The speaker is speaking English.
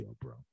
bro